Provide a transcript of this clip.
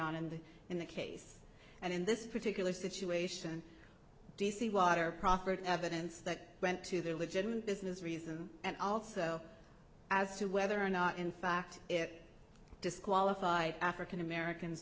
and in the case and in this particular situation d c water proffered evidence that went to their legitimate business reason and also as to whether or not in fact it disqualify african americans